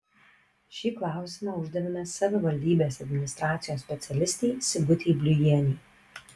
šį klausimą uždavėme savivaldybės administracijos specialistei sigutei bliujienei